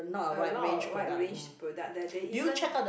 a lot of wide range product the they even